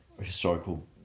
historical